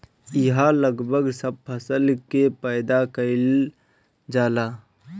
इहा लगभग सब फसल के पैदा कईल जाला